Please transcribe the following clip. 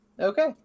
okay